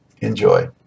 Enjoy